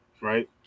right